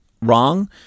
wrong